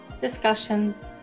discussions